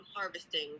harvesting